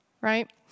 Right